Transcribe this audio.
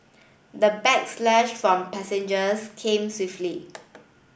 the backslash from passengers came swiftly